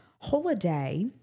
holiday